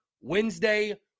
Wednesday